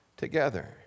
Together